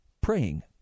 praying